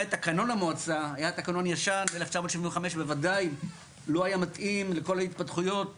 עת תקנון המועצה היה תקנון ישן 1975 בוודאי לא היה מתאים לכל ההתפתחויות